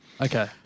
Okay